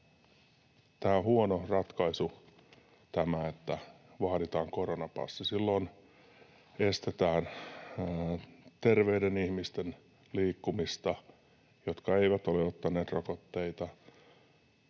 Tämä on huono ratkaisu, että vaaditaan koronapassi. Silloin estetään terveiden ihmisten liikkumista, jotka eivät ole ottaneet rokotteita,